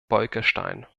bolkestein